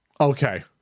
Okay